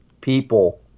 people